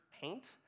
paint